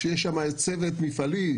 שיהיה שם צוות מפעלי,